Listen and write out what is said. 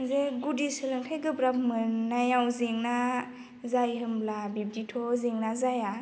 जे गुदि सोलोंथाइ गोब्राब मोननायाव जेंना जायो होमब्ला बिब्दिथ' जेंना जाया